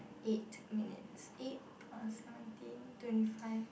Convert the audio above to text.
eight minutes eight plus seventeen twenty five